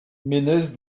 ménez